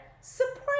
support